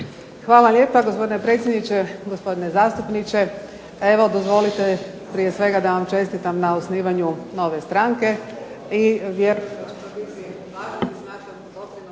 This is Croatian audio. Hvala lijepo. Gospodine predsjedniče, gospodine zastupniče. Evo, dozvolite prije svega da vam čestitam na osnivanju nove stranke ...